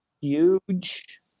huge